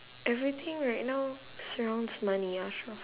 everything right now surrounds money ya sure